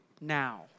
now